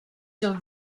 sur